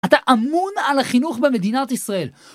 אתה אמון על החינוך במדינת ישראל.